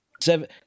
seven